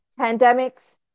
pandemics